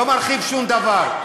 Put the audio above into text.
לא מרחיב שום דבר,